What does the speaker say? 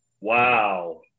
Wow